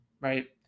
right